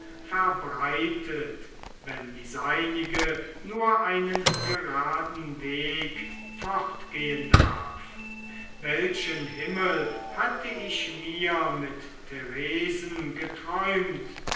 verbreitet wenn die seinige nur einen geraden weg fortgehen darf welchen himmel hatte ich mir mit theresen geträumt